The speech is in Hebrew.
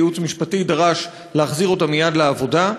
והייעוץ המשפטי דרש להחזיר אותה מייד לעבודה,